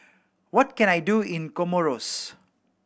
what can I do in Comoros